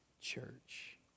church